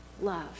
love